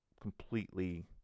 completely